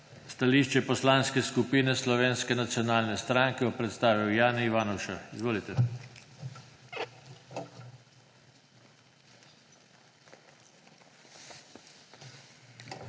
Stališče Poslanske skupine Slovenske nacionalne stranke bo predstavil Jani Ivanuša. Izvolite.